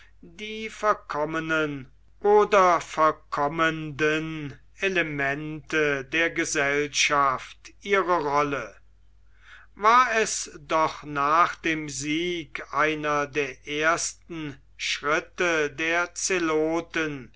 die verkommenen oder verkommenden elemente der gesellschaft ihre rolle war es doch nach dem sieg einer der ersten schritte der